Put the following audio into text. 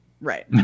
Right